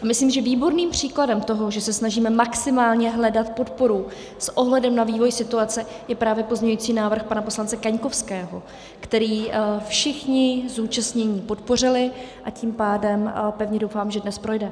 Myslím si, že výborným příkladem toho, že se snažíme maximálně hledat podporu s ohledem na vývoj situace, je právě pozměňovací návrh pana poslance Kaňkovského, který všichni zúčastnění podpořili, a tím pádem pevně doufám, že dnes projde.